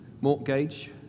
Mortgage